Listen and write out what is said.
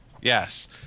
Yes